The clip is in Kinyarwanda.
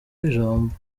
w’ijambo